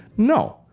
no.